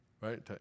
Right